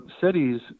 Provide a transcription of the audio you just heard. cities